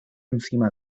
encima